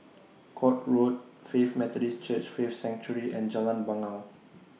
Court Road Faith Methodist Church Faith Sanctuary and Jalan Bangau